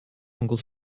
ongl